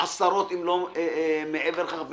עשרות אם לא מעבר לכך,